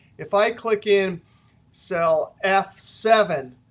if i click in cell f seven,